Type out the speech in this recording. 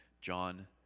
John